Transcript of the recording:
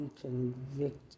convicted